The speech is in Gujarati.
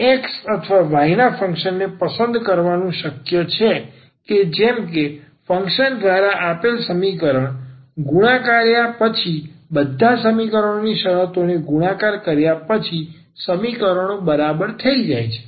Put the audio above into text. અહીં x અથવા y નાં ફંક્શન ને પસંદ કરવાનું શક્ય છે કે જેમ કે ફંક્શન દ્વારા આ આપેલ સમીકરણ ગુણાકાર્યા પછી બધા સમીકરણોની શરતોને ગુણાકાર કર્યા પછી સમીકરણો બરાબર થઈ જાય છે